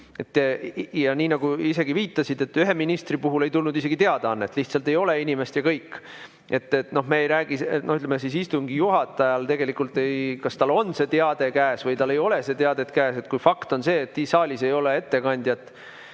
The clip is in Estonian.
Nagu sa isegi viitasid, ühe ministri puhul ei tulnud isegi teadaannet, lihtsalt ei ole inimest ja kõik. Me ei räägi sellest, ütleme, kas istungi juhatajal tegelikult on see teade käes või tal ei ole teadet käes, kui fakt on see, et saalis ei ole ettekandjat,